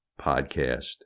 Podcast